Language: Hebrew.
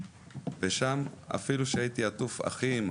ושם אפילו שהייתי עטוף אחים,